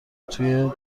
توی